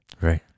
Right